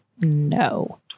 no